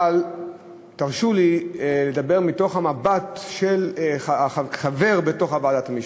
אבל תרשו לי לדבר מתוך מבט של חבר בוועדת המשנה.